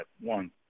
one